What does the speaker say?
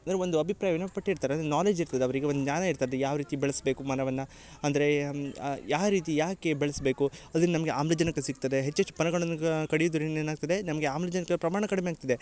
ಅಂದರೆ ಒಂದು ಅಭಿಪ್ರಾಯವನ್ನ ಪಟ್ಟಿರ್ತಾರೆ ಅಂದರೆ ನಾಲೇಜ್ ಇರ್ತದೆ ಅವ್ರಿಗೆ ಒಂದು ಜ್ಞಾನ ಇರ್ತದೆ ಯಾವ ರೀತಿ ಬೆಳ್ಸ್ಬೇಕು ಮರವನ್ನ ಅಂದರೆ ಆ ಯಾವ ರೀತಿ ಯಾಕೆ ಬೆಳ್ಸ್ಬೇಕು ಅದ್ರಿಂದ ನಮಗೆ ಆಮ್ಲಜನಕ ಸಿಗ್ತದೆ ಹೆಚ್ಚು ಹೆಚ್ಚು ಮರಗಳನ್ನ ಕಡಿಯುದರಿಂದ ಏನಾಗ್ತದೆ ನಮಗೆ ಆಮ್ಲಜನಕದ ಪ್ರಮಾಣ ಕಡಿಮೆ ಆಗ್ತದೆ